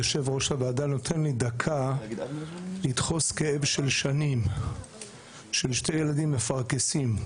יושב-ראש הוועדה נותן לי דקה לדחוס כאב של שנים של שני ילדים מפרכסים.